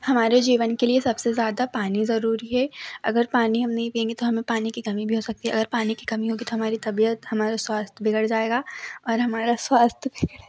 हमारे जीवन के लिए सबसे ज़्यादा पानी ज़रूरी है अगर पानी हम नहीं पिएँगे तो हमें पानी की कमी भी हो सकती है अगर पानी की कमी होगी तो हमारी तबियत हमारा स्वास्थ्य बिगड़ जाएगा और हमारा स्वास्थ्य बिगड़